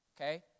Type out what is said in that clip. okay